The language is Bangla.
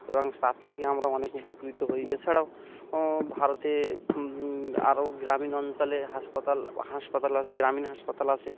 এবং তার থেকে আমরা অনেক উপকৃত হই এছাড়াও ভারতে আরও গ্রামীণ অঞ্চলে হাসপাতাল হাসপাতাল আছে গ্রামীণ হাসপাতাল আছে